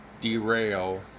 derail